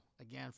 again